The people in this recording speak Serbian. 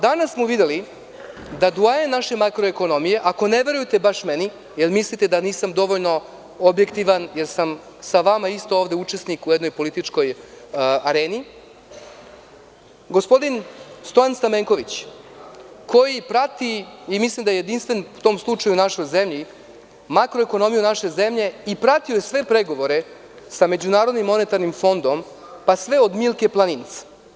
Danas smo videli da doaen naše makroekonomije, ako ne verujete baš meni, jel mislite da nisam dovoljno objektivan jer sam sa vama isto ovde učesnik u jednoj političkoj areni, gospodin Stojan Stamenković, koji prati i mislim da je jedinstven u tom slučaju u našoj zemlji, makroekonomiju naše zemlje i pratio je sve pregovore sa MMF, pa sve od Milke Planince.